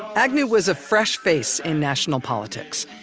agnew was a fresh face in national politics.